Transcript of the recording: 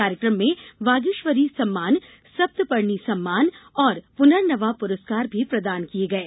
कार्यकम में वागीश्वरी सम्मान सप्तपर्णी सम्मान और पुनर्नवा पुरस्कार भी प्रदान किये गये